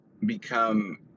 become